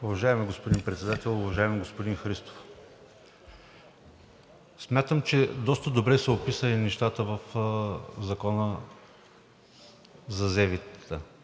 Уважаеми господин Председател! Уважаеми господин Христов, смятам, че доста добре са описани нещата в Законопроекта